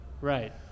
Right